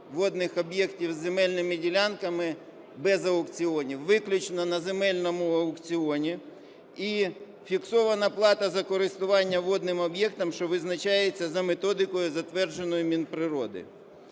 водних об'єктів з земельними ділянками без аукціонів, виключно на земельному аукціоні. І фіксована плата за користування водним об'єктом, що визначається за методикою, затвердженою Мінприроди.